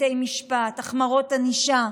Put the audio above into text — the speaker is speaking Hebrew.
בתי משפט, החמרות ענישה,